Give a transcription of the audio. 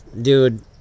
Dude